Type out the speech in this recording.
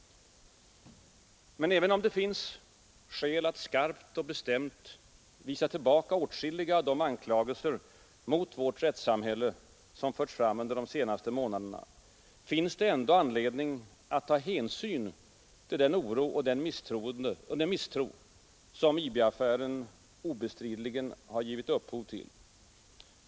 Men även om det finns skäl att skarpt och bestämt tillbakavisa åtskilliga av de anklagelser mot vårt rättssamhälle som förts fram under de senaste månaderna, finns det anledning att ta hänsyn till den oro och den misstro som IB-affären obestridligen har givit upphov till.